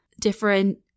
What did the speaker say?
different